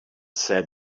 said